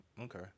okay